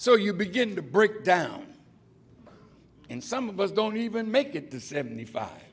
so you begin to break down and some of us don't even make it to seventy five